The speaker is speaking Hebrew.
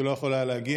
שלא יכול היה להגיע,